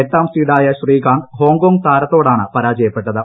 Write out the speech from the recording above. എട്ടാം സീഡായ ശ്രീകാന്ത് ഹോങ്കോങ് താരത്തോടാണ് പരാജയപ്പെട്ടത്